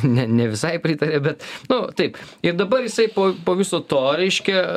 ne ne visai pritaria bet nu taip ir dabar jisai po po viso to reiškia